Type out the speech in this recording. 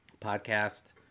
podcast